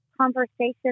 conversation